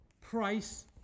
price